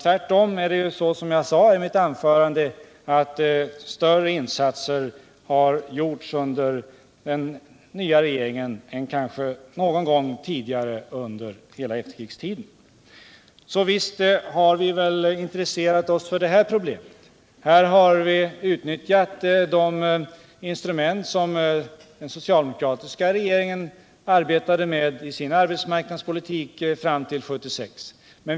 Tvärtom, som jag sade i mitt anförande, har större insatser gjorts av den nya regeringen än kanske någon gång tidigare under hela efterkrigstiden, så visst har vi intresserat oss för det här problemet. Vi har utnyttjat de instrument som den socialdemokratiska regeringen arbetade med i sin arbetsmarknadspolitik fram till 1976.